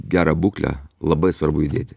gerą būklę labai svarbu judėti